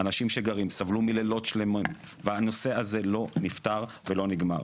אנשים שגרים סבלו לילות שלמים והנושא הזה לא נפתר ולא נגמר.